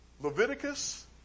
Leviticus